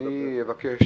אני אבקש